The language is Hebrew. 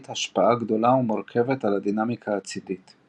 השפעה גדולה ומורכבת על הדינמיקה הצידית.